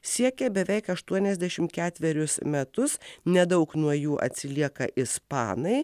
siekia beveik aštuoniasdešimt ketverius metus nedaug nuo jų atsilieka ispanai